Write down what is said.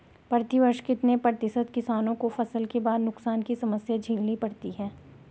प्रतिवर्ष कितने प्रतिशत किसानों को फसल के बाद नुकसान की समस्या झेलनी पड़ती है?